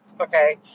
Okay